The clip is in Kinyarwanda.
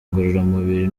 ngororamubiri